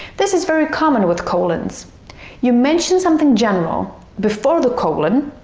this is very common with colons you mention something general before the colon,